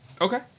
Okay